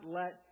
let